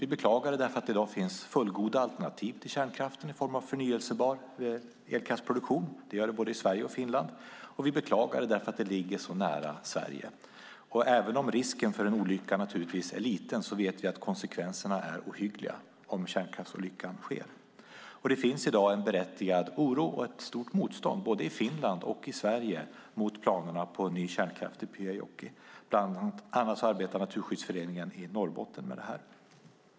Vi beklagar det för att det i dag finns fullgoda alternativ till kärnkraften i form av förnybar elkraftsproduktion - det gör det i både Sverige och Finland - och vi beklagar det för att det ligger så nära Sverige. Även om risken för en olycka är liten vet vi att konsekvenserna är ohyggliga om kärnkraftsolyckan sker. Det finns i dag en berättigad oro och ett stort motstånd i både Finland och Sverige mot planerna på ett nytt kärnkraftverk i Pyhäjoki, och bland annat arbetar Naturskyddsföreningen i Norrbotten med detta.